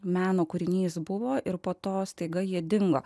meno kūrinys buvo ir po to staiga jie dingo